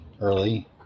early